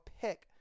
pick